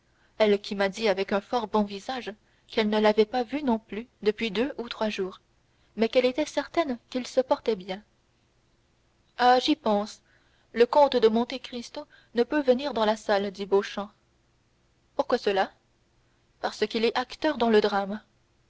elle m'a dit avec un fort bon visage qu'elle ne l'avait pas vu non plus depuis deux ou trois jours mais qu'elle était certaine qu'il se portait bien ah j'y pense le comte de monte cristo ne peut venir dans la salle dit beauchamp pourquoi cela parce qu'il est acteur dans le drame